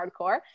hardcore